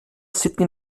sydney